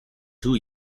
too